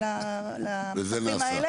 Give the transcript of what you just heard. וזה נעשה.